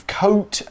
coat